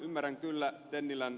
ymmärrän kyllä ed